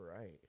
right